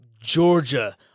Georgia